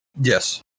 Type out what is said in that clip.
Yes